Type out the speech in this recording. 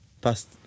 Past